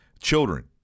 children